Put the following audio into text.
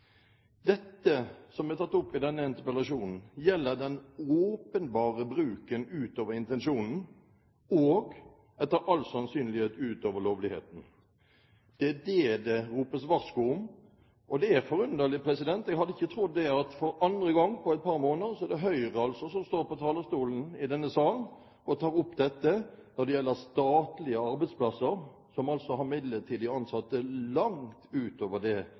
som er tatt opp i denne interpellasjonen, gjelder den åpenbare bruken av midlertidige ansettelser utover intensjonen og, etter all sannsynlighet, utover lovligheten. Det er det det ropes varsku om. Det er forunderlig – jeg hadde ikke trodd at det for andre gang på et par måneder er Høyre som står på talerstolen i denne salen og tar opp dette når det gjelder statlige arbeidsplasser, som altså har midlertidige ansettelser langt utover det